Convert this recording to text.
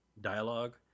dialogue